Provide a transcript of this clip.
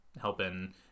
helping